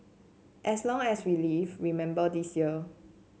as long as we live remember this year